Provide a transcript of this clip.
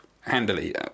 handily